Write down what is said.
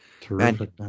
Terrific